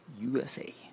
USA